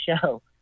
show